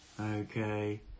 Okay